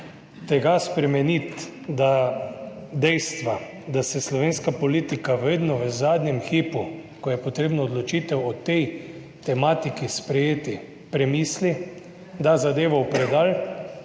tega spremeniti, da, dejstva, da se slovenska politika vedno v zadnjem hipu, ko je potrebno odločitev o tej tematiki sprejeti, premisli, da zadevo v predal